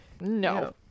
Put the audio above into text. No